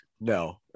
No